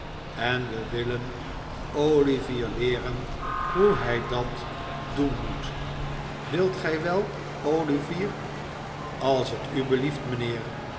en we willen olivier leeren hoe hij dat doen moet wilt gij wel olivier als t u belieft mijnheer